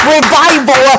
Revival